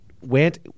went